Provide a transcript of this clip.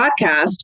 podcast